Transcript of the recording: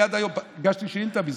אני עד היום, הגשתי שאלתה בזמנו,